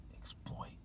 exploit